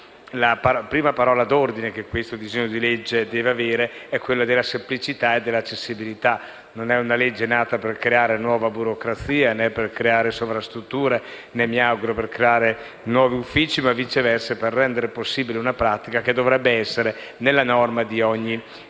la prima parola d'ordine che il disegno di legge deve avere è quella della semplicità e della accessibilità. Non si tratta di una legge nata per creare nuova burocrazia o sovrastrutture, né mi auguro per creare nuovi uffici, ma per rendere possibile una pratica che dovrebbe essere propria di ogni